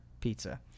pizza